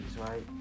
right